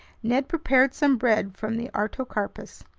ned prepared some bread from the artocarpus.